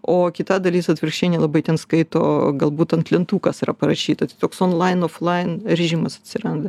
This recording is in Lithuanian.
o kita dalis atvirkščiai nelabai ten skaito galbūt ant lentų kas yra parašyta toks on line off line režimas atsiranda